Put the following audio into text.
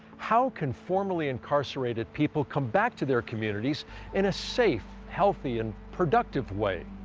how can formerly incarcerated people come back to their communities in a safe, healthy and productive way?